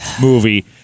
movie